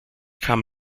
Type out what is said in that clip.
kam